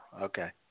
Okay